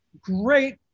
great